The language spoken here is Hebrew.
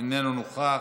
איננו נוכח.